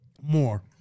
more